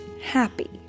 happy